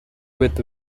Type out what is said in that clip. with